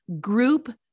group